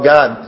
God